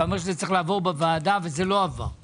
אתה אומר שזה צריך לעבור בוועדה וזה לא עבר,